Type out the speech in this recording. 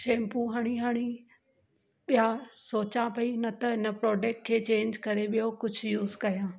shampoo हणी हणी ॿिया सोचां पई न त हिन प्रोडक्ट खे चेंज करे ॿियो कुझु यूस कयां